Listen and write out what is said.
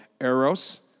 Eros